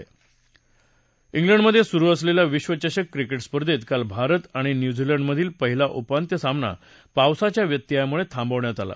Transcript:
ा प्रिक्षध्ये सुरू असलेल्या विश्वचषक क्रिकेट स्पर्धेत काल भारत आणि न्यूझीलद्वक्कधील पहिला उपांखि सामना पावसाच्या व्यत्ययामुळे थाद्विण्यात आला